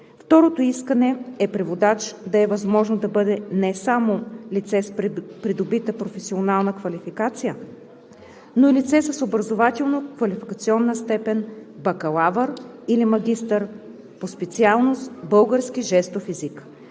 Второто искане е преводач да е възможно да бъде не само лице с придобита професионална квалификация, но и лице с образователно-квалификационна степен „бакалавър“ или „магистър“ по специалност „Български жестов език“.